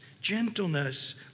gentleness